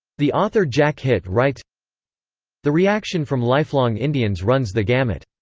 the author jack hitt writes the reaction from lifelong indians runs the gamut.